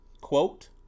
Quote